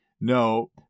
No